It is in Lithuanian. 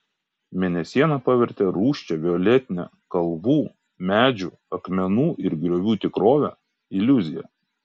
mėnesiena pavertė rūsčią violetinę kalvų medžių akmenų ir griovų tikrovę iliuzija